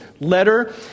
letter